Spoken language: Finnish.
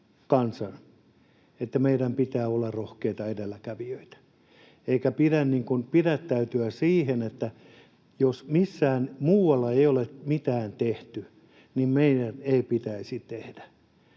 että meidän pitää olla rohkeita edelläkävijöitä eikä pidä pidättäytyä siinä, että jos missään muualla ei ole mitään tehty, niin meidän ei pitäisi tehdä.